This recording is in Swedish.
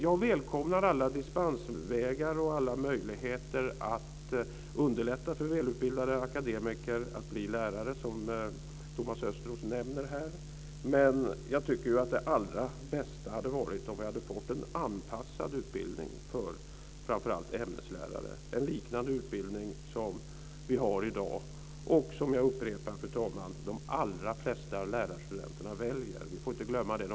Jag välkomnar alla dispensvägar och möjligheter att underlätta för välutbildade akademiker att bli lärare som Thomas Östros nämner här. Jag tycker dock att det allra bästa hade varit om vi hade fått en anpassad utbildning för framför allt ämneslärare, en liknande utbildning som vi har i dag och som - jag upprepar det, fru talman - de allra flesta lärarstudenterna väljer. Vi får inte glömma det.